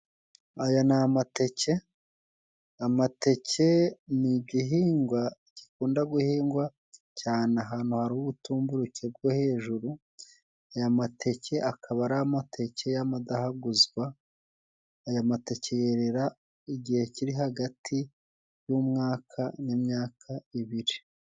Aya ni amateke amateke ni igihingwa gikunda guhingwa cyane ahantu hari ubutumburuke bwo hejuru, aya mateke akaba ari amateke y'amadahaguzwa aya mateke yerera igihe kiri hagati y'umwaka n'imyaka ibiri.